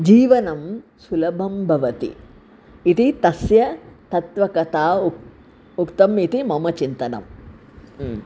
जीवनं सुलभं भवति इति तस्य तत्वकता उ उक्तम् इति मम चिन्तनं